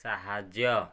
ସାହାଯ୍ୟ